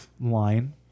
line